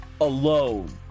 alone